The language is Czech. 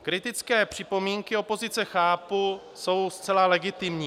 Kritické připomínky opozice chápu, jsou zcela legitimní.